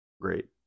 great